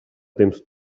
temps